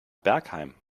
bergheim